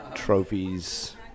trophies